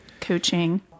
coaching